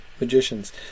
magicians